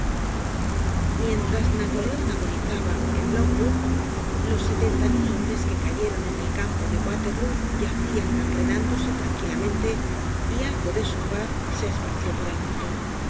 mientras napoleon agonizaba en longwood los setenta mil hombres que cayeron en el campo de waterlóo yacian gangrenándose tranquilamente y algo de su paz se esparció por el mundo el